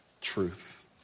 truth